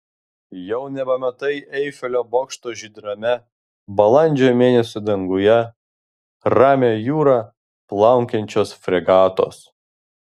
jau nebematai eifelio bokšto žydrame balandžio mėnesio danguje ramia jūra plaukiančios fregatos